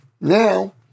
now